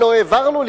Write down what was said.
הלוא העברנו,